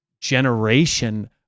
generation